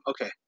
Okay